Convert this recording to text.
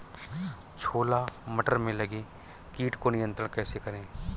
छोला मटर में लगे कीट को नियंत्रण कैसे करें?